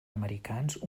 americans